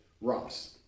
Ross